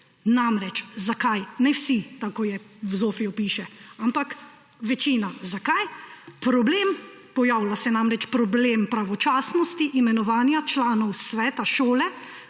Namreč zakaj? Ne vsi, tako kot v ZOFVI piše, ampak večina. Zakaj? Pojavlja se namreč problem pravočasnosti imenovanja članov sveta šole,